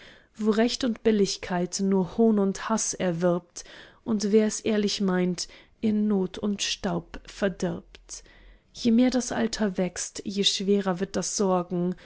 wo recht und billigkeit nur hohn und haß erwirbt und wer es ehrlich meint in not und staub verdirbt je mehr das alter wächst je schwerer wird das sorgen